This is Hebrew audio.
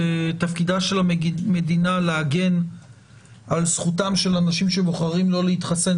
תפקידה של המדינה להגן על זכותם של אנשים שבוחרים לא להתחסן,